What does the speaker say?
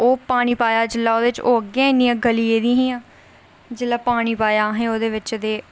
ओह् पानी पाया जेल्लै ओह्दे बिच ओह् अग्गै गै इन्नी गल्ली गेदियां हियां जेल्लै पानी पाया असें ओह्दे बिच ते